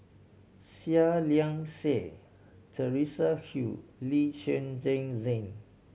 Seah Liang Seah Teresa Hsu Lee Zhen Zhen Jane